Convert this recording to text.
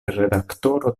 redaktoro